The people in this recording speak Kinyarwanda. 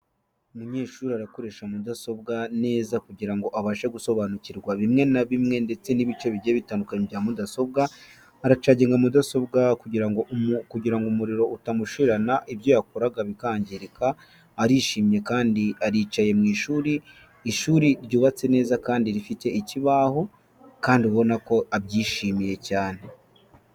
Umunyeshuri arakoresha mudasobwa neza kugirango abashe gusobanukirwa bimwe na bimwe ndetse n'ibice bigiye bitandukanye bya mudasobwa, aracaginga mudasobwa kugira ngo umuriro utamushirana ibyo yakoraga bikangirika. Arishimye kandi aricaye mu ishuri, ishuri ryubatse neza kandi rifite ikibaho kandi ubona ko abyishimiye cyane.